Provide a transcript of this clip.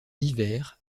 divers